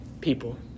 people